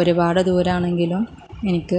ഒരുപാട് ദൂരമാണെങ്കിലും എനിക്ക്